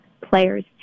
players